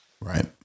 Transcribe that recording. right